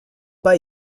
pas